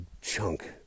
chunk